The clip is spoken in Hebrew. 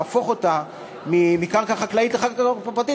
להפוך אותה מקרקע חקלאית לקרקע פרטית,